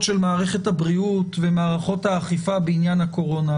של מערכת הבריאות ומערכות האכיפה בעניין הקורונה,